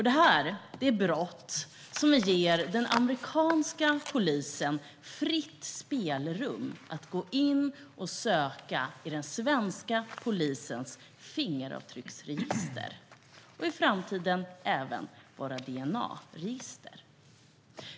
Detta är brott som ger den amerikanska polisen fritt spelrum att gå in och söka i den svenska polisens fingeravtrycksregister och i framtiden även i våra DNA-register.